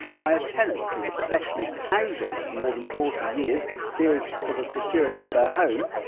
why a tenant in specialist housing, for more than forty years, fears for the security of her home.